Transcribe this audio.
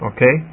Okay